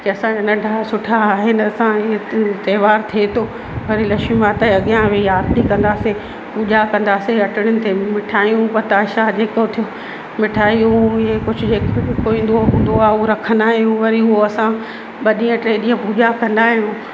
की असांजा नंढा सुठा आहिनि असां त्योहार थिए थो वरी लक्ष्मी माता जे अॻियां आरती कंदासीं पूॼा कंदासीं हटड़नि ते मिठायूं पताशा जेको थियो मिठायूं इहे कुझु जेको ईंदो हूंदो आहे उहो रखंदा आहिंयूं वरी उहो असां ॿ ॾींहं टे ॾींहं पूॼा कंदा आहिंयूं